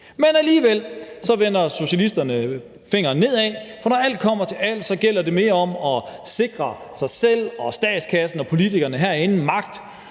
men alligevel vender socialisterne tommelfingeren nedad. For når alt kommer til alt, gælder det mere om at sikre sig selv og statskassen og politikerne herinde magt